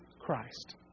Christ